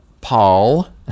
Paul